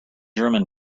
german